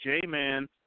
J-Man